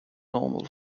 normal